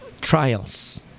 trials